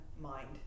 MIND